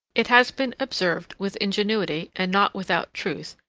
it has been observed, with ingenuity, and not without truth,